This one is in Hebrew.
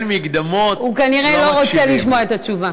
הוא כנראה לא רוצה לשמוע את תשובתך.